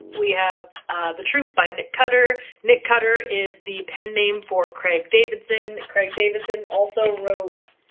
we have the troop by nick cutter. nick cutter is the pen name for craig davidson. craig davidson also wrote